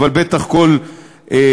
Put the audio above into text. אבל בטח כל שבוע,